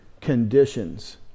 conditions